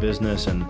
business and